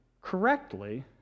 correctly